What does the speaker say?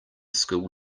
school